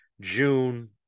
June